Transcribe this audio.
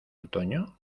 otoño